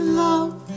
love